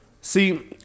See